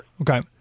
Okay